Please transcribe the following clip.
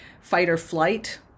fight-or-flight